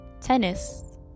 tennis